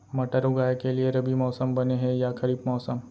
मटर उगाए के लिए रबि मौसम बने हे या खरीफ मौसम?